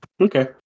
Okay